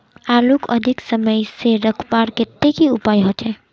आलूक अधिक समय से रखवार केते की उपाय होचे?